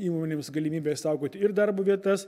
įmonėms galimybę išsaugoti ir darbo vietas